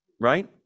right